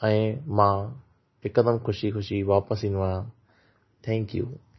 ऐं मां हिकुदमि ख़ुशी ख़ुशी वापिसि ईंदो आहिया थैंक यू